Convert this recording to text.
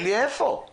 אין לי היכן לשים אותם.